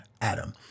Adam